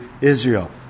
Israel